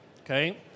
Okay